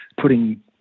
putting